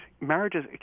marriages